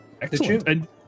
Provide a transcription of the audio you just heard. Excellent